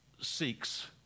seeks